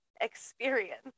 experience